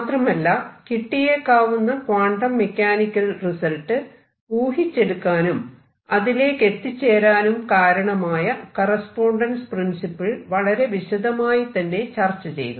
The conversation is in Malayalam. മാത്രമല്ല കിട്ടിയേക്കാവുന്ന ക്വാണ്ടം മെക്കാനിക്കൽ റിസൾട്ട് ഊഹിച്ചെടുക്കാനും അതിലേക്കെത്തിച്ചേരാനും കാരണമായ കറസ്പോണ്ടൻസ് പ്രിൻസിപ്പിൾ വളരെ വിശദമായി തന്നെ ചർച്ച ചെയ്തു